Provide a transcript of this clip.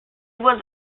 was